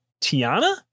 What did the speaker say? Tiana